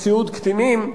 סיעוד קטינים.